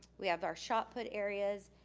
we have our shot put areas.